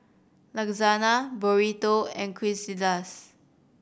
Lasagna Burrito and Quesadillas